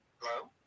Hello